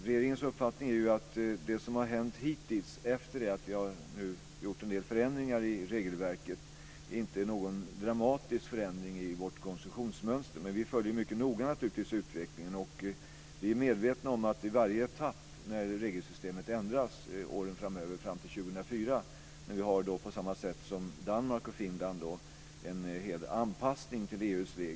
Regeringens uppfattning är den att det som har hänt hittills, efter det att vi nu har gjort en del förändringar i regelverket, inte är någon dramatisk förändring i konsumtionsmönstret. Vi följer naturligtvis utvecklingen mycket noga, och vårt regelsystem kommer att ändras under åren fram till 2004. På samma sätt som Danmark och Finland kommer vi då att göra en del anpassningar till EU:s regler.